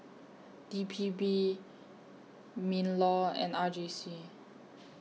D P B MINLAW and R J C